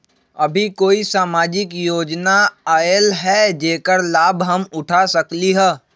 अभी कोई सामाजिक योजना आयल है जेकर लाभ हम उठा सकली ह?